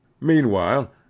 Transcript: Meanwhile